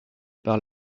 par